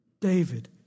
David